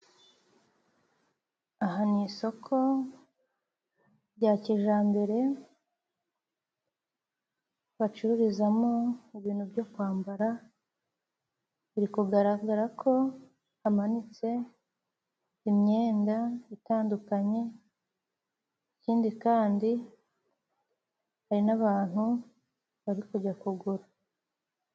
Aha ni isoko rya kijambere bacururizamo ibintu byo kwambara, biri kugaragara ko hamanitse imyenda itandukanye, ikindi kandi hari n'abantu bari kujya kugura.